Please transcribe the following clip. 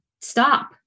stop